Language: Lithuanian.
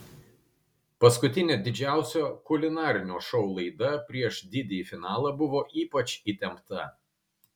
paskutinė didžiausio kulinarinio šou laida prieš didįjį finalą buvo ypač įtempta